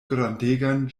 grandegan